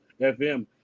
FM